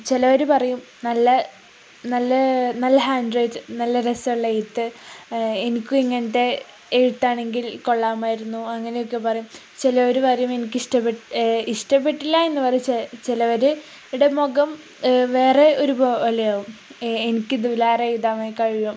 ചിലവര് പറയും നല്ല നല്ല നല്ല ഹാൻഡ് റൈറ്റ് നല്ല രസമുള്ള എഴത്ത് എനിക്കും ഇങ്ങനത്തെ എഴുത്താണെങ്കിൽ കൊള്ളാമായിരുന്നു അങ്ങനെയൊക്കെ പറയും ചിലവര് പറയും എനിക്കിഷ്ടപ്പെട്ടില്ല എന്നു പറയും ചിലവരുടെ മുഖം വേറെ ഒരുപോലെയാവും എനിക്കിതിലേറെ എഴുതാനായി കഴിയും